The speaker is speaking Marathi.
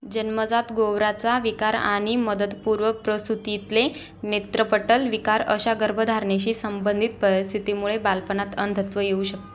जन्मजात गोवराचा विकार आणि मदतपूर्व प्रसूतीतले नेत्रपटल विकार अशा गर्भधारणेशी संबन्वित परिस्थितीमुळे बालपणात अंधत्व येऊ शक